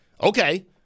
Okay